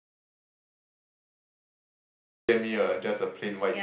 oh yeah yeah yeah yeah the Uniqlo there right can you get me a just a plain white